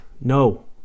No